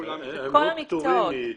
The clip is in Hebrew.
לכולם יש תשלום.